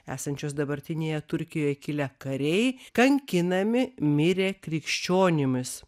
esančios dabartinėje turkijoje kilę kariai kankinami mirė krikščionimis